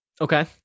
Okay